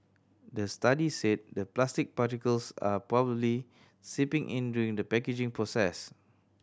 the study said that plastic particles are probably seeping in during the packaging process